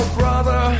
brother